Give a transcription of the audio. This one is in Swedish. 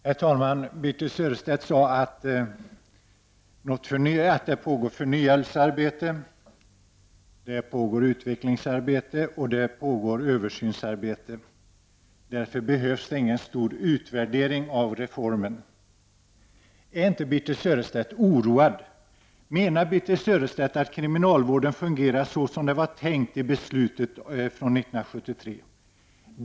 Herr talman! Birthe Sörestedt säger att det pågår förnyelsearbete, utvecklingsarbete och översynsarbete. Därför behövs ingen stor utvärdering av reformen. Är inte Birthe Sörestedt oroad? Menar Birthe Sörestedt att kriminalvården funger så som det var tänkt i beslutet från 1973?